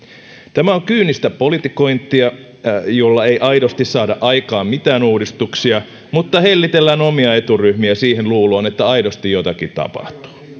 tämä on kyynistä politikointia jolla ei aidosti saada aikaan mitään uudistuksia mutta hellitellään omia eturyhmiä siihen luuloon että aidosti jotakin tapahtuu